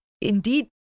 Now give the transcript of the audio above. indeed